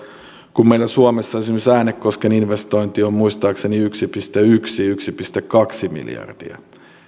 kun meillä suomessa esimerkiksi äänekosken investointi on muistaakseni yksi pilkku yksi viiva yksi pilkku kaksi miljardia